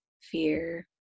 fear